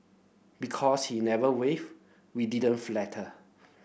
because he never wavered we didn't falter